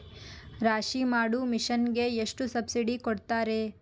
ರಾಶಿ ಮಾಡು ಮಿಷನ್ ಗೆ ಎಷ್ಟು ಸಬ್ಸಿಡಿ ಕೊಡ್ತಾರೆ?